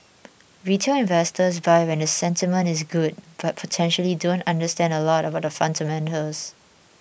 retail investors buy when the sentiment is good but potentially don't understand a lot about the fundamentals